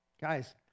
Guys